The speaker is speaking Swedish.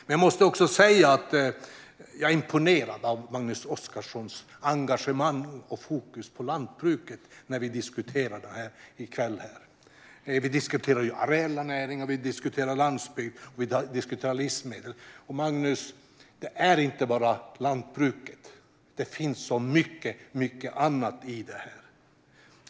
Men jag måste också säga att jag är imponerad av Magnus Oscarssons engagemang och fokus på lantbruket när vi diskuterar detta ärende i kväll. Vi diskuterar areella näringar, landsbygd och livsmedel. Det handlar inte bara om lantbruket, Magnus. Det finns så mycket annat i detta.